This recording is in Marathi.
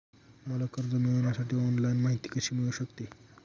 मला कर्ज मिळविण्यासाठी ऑनलाइन माहिती कशी मिळू शकते?